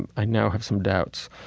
and i now have some doubts.